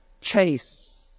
chase